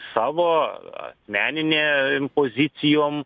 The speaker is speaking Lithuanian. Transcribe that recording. savo asmeninėm pozicijom